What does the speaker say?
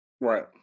right